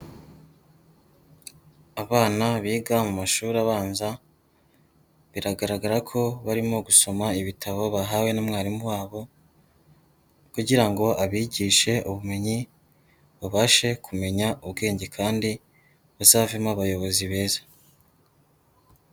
Abana biga mu mashuri abanza, biragaragara ko barimo gusoma ibitabo bahawe n'umwarimu wabo kugira ngo abigishe ubumenyi, babashe kumenya ubwenge kandi bazavemo abayobozi beza.